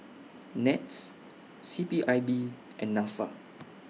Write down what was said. Nets C P I B and Nafa